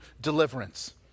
deliverance